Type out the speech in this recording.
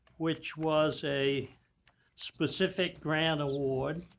which was a specific grant award